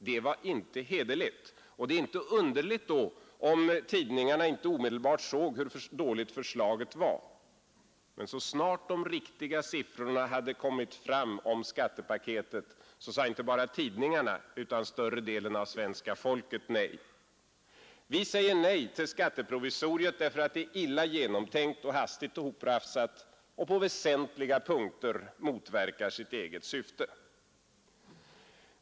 Det var inte hederligt, och det är inte underligt att tidningarna då inte omedelbart såg hur dåligt förslaget var. Men så snart de riktiga siffrorna hade kommit fram om skattepaketet, sade inte bara tidningarna utan större delen av svenska folket nej. Vi säger nej till skatteprovisoriet, därför att det är illa genomtänkt och hastigt hoprafsat och på väsentliga punkter motverkar sitt eget syfte.